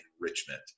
enrichment